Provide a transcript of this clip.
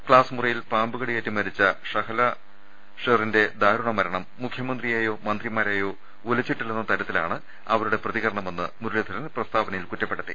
class മുറിയിൽ പാമ്പു കടിയേറ്റ് മരിച്ച ഷഹല ഷെറിന്റെ ദാരുണ മരണം മുഖ്യമന്ത്രിയേയോ മന്ത്രിമാരേയോ ഉലച്ചിട്ടില്ലെന്ന തരത്തിലാണ് അവരുടെ പ്രതികരണ മെന്ന് മുരളീധരൻ പ്രസ്താവനയിൽ കുറ്റപ്പെടുത്തി